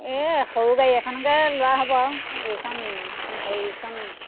এই সৰু গাড়ী এখনকে লোৱা হ'ব আৰু এইখন হেৰিখন